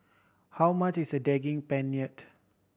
how much is Daging Penyet